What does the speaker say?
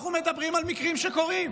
אנחנו מדברים על מקרים שקורים.